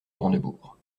brandebourgs